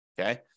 Okay